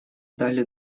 дали